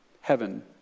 heaven